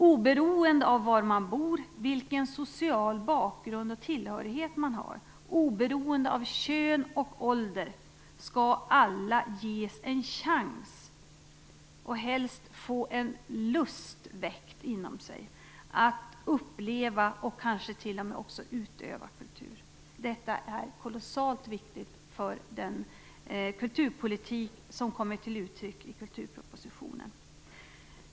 Oberoende av var man bor, vilken social bakgrund och tillhörighet man har och oberoende av kön och ålder skall alla ges en chans, och helst få en lust väckt inom sig, att uppleva och kanske t.o.m. utöva kultur. Detta är kolossalt viktigt för den kulturpolitik som kommer till uttryck i kulturpropositionen.